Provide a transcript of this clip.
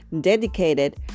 dedicated